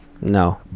No